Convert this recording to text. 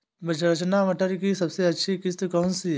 रचना मटर की सबसे अच्छी किश्त कौन सी है?